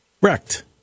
wrecked